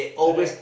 correct